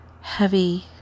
heavy